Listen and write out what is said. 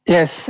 Yes